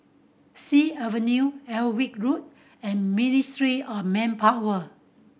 Sea Avenue Alnwick Road and Ministry of Manpower